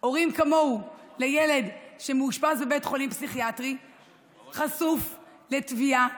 של הורים כמוהו לילד שמאושפז בבית חולים פסיכיאטרי חשוף לתביעה,